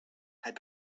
had